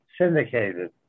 syndicated